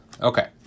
Okay